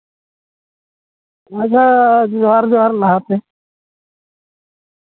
ᱟᱪᱪᱷᱟ ᱡᱚᱦᱟᱨ ᱡᱚᱦᱟᱨ ᱞᱟᱦᱟᱛᱮ